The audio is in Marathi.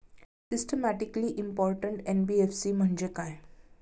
सिस्टमॅटिकली इंपॉर्टंट एन.बी.एफ.सी म्हणजे काय?